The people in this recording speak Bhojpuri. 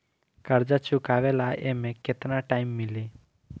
कर्जा चुकावे ला एमे केतना टाइम मिली?